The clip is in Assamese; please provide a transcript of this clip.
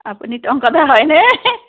আপুনি টংক দা হয়নে